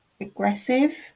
aggressive